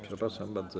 Przepraszam bardzo.